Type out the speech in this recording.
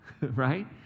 right